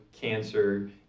cancer